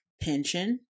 pension